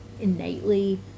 innately